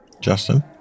Justin